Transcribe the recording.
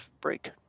break